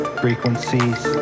frequencies